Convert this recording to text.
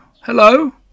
hello